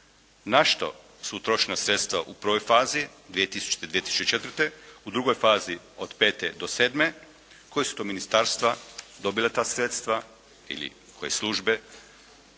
na što su utrošena sredstva u prvoj fazi 2000./2004. u drugoj fazi od 2005. do 2007., koja su to ministarstva dobila ta sredstva ili koje službe,